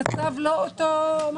המצב לא כזה.